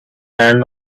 and